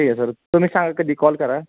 ठीक आहे सर तुम्ही सांगा कधी कॉल करा